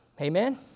amen